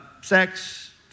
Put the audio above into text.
Sex